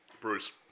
Bruce